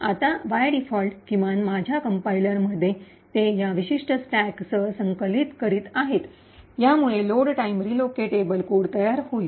आता by default किमान माझ्या कंपाईलरमध्ये ते या विशिष्ट सिंटॅक्ससह संकलित करीत आहे यामुळे लोड टाइम रीलोकेटेबल कोड तयार होईल